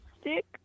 stick